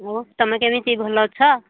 ହଁ ତୁମେ କେମିତି ଭଲ ଅଛ